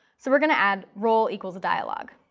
so we're going to add role equals dialog.